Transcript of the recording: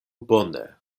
bone